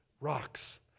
Rocks